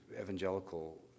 evangelical